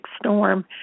storm